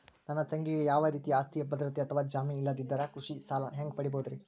ನನ್ನ ತಂಗಿಗೆ ಯಾವ ರೇತಿಯ ಆಸ್ತಿಯ ಭದ್ರತೆ ಅಥವಾ ಜಾಮೇನ್ ಇಲ್ಲದಿದ್ದರ ಕೃಷಿ ಸಾಲಾ ಹ್ಯಾಂಗ್ ಪಡಿಬಹುದ್ರಿ?